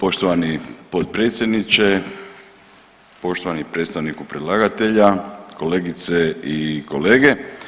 Poštovani potpredsjedniče, poštovani predstavniku predlagatelja, kolegice i kolege.